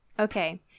Okay